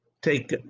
take